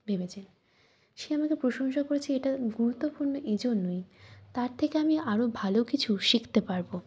ভেবেছেন সে আমাকে প্রশংসা করেছে এটা গুরুত্বপূর্ণ এই জন্যই তার থেকে আমি আরও ভালো কিছু শিখতে পারবো